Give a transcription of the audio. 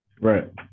Right